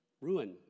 Ruin